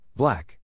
Black